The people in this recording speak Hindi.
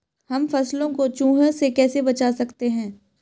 हम फसलों को चूहों से कैसे बचा सकते हैं?